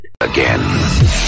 again